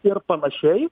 ir panašiai